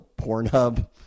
Pornhub